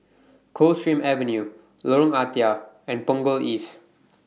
Coldstream Avenue Lorong Ah Thia and Punggol East